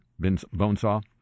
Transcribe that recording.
Bonesaw